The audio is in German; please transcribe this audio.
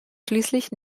schließlich